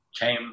came